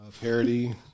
parody